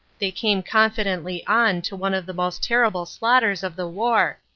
they came confidently on to one of the most terrible slaughters of the war,